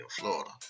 Florida